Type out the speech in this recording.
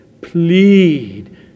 plead